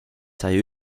sai